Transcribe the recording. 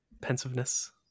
pensiveness